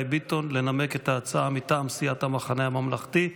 ביטון לנמק את ההצעה מטעם סיעת המחנה הממלכתי.